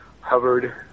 hovered